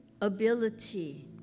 ability